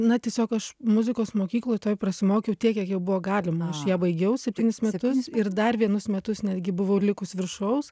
na tiesiog aš muzikos mokykloj toj prasimokiau tiek kiek jau buvo galima aš ją baigiau septynis metus ir dar vienus metus netgi buvau likus viršaus